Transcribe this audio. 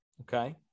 Okay